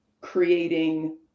creating